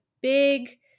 big